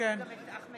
האם